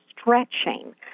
stretching